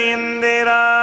Indira